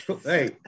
Hey